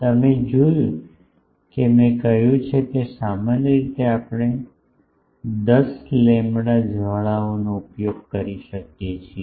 તમે જોયું કે મેં કહ્યું છે કે સામાન્ય રીતે આપણે 10 લેમ્બડા જ્વાળાઓનો ઉપયોગ કરીએ છીએ